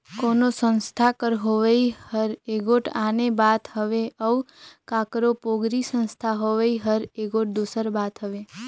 कोनो संस्था कर होवई हर एगोट आने बात हवे अउ काकरो पोगरी संस्था होवई हर एगोट दूसर बात हवे